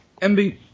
MB